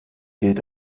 gilt